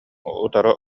утары